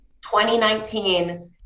2019